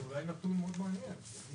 זה אולי נתון מעניין מאוד.